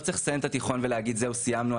צריך לסיים את התיכון ולהגיד "סיימנו,